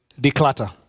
Declutter